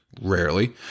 rarely